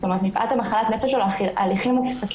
זאת אומרת, מפאת מחלת הנפש שלו ההליכים מופסקים.